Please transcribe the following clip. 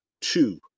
two